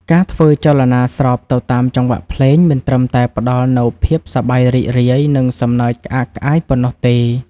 ការធ្វើចលនាស្របទៅតាមចង្វាក់ភ្លេង មិនត្រឹមតែផ្ដល់នូវភាពសប្បាយរីករាយ និងសំណើចក្អាកក្អាយប៉ុណ្ណោះទេ